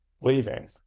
leaving